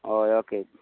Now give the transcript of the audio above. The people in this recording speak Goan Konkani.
हय ऑके